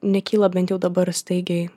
nekyla bent jau dabar staigiai